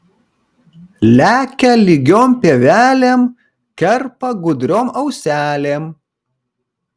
lekia lygiom pievelėm kerpa gudriom auselėm